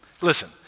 Listen